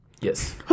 Yes